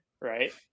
right